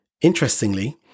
Interestingly